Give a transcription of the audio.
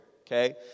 okay